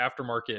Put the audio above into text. aftermarket